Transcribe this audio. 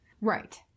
right